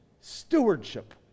Stewardship